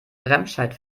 remscheid